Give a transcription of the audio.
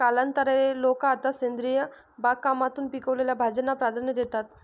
कालांतराने, लोक आता सेंद्रिय बागकामातून पिकवलेल्या भाज्यांना प्राधान्य देतात